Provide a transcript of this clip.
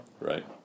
right